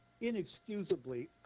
inexcusably